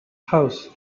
house